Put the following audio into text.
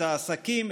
את העסקים,